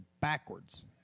backwards